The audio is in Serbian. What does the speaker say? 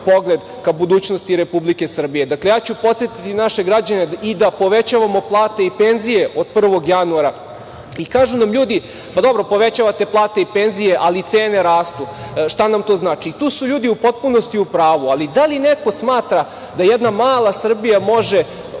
pogled ka budućnosti Republike Srbije. Dakle, ja ću podsetiti naše građane i da povećavamo plate i penzije od 1. januara i kažu nam ljudi – pa, dobro povećavate plate i penzije, ali cene rastu, šta nam to znači? Tu su ljudi u potpunosti u pravu, ali da li neko smatra da jedna mala Srbija može